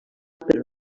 però